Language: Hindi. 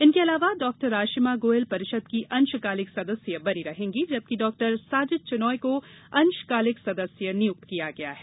इनके अलावा डॉ आशिमा गोयल परिषद की अंशकालिक सदस्य बनी रहेंगी जबकि डॉ साजिद चिनॉय को अंशकालिक सदस्य नियुक्त किया गया है